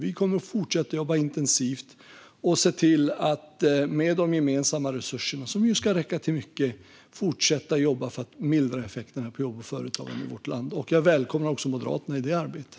Vi kommer att fortsätta jobba intensivt och se till att med de gemensamma resurserna, som ju ska räcka till mycket, mildra effekterna på jobb och företagande i vårt land. Jag välkomnar också Moderaterna i det arbetet.